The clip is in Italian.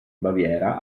baviera